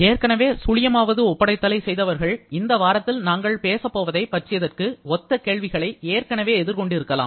ஏற்கனவே 0 ஒப்படைத்தலை செய்தவர்கள் இந்த வாரத்தில் நாங்கள் பேசப் போவதை பற்றியதற்கு ஒத்த கேள்விகளை ஏற்கனவே எதிர்கொண்டிருக்கலாம்